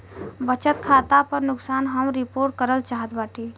बचत खाता पर नुकसान हम रिपोर्ट करल चाहत बाटी